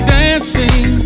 dancing